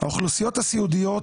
האוכלוסיות הסיעודיות,